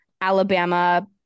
Alabama